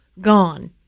gone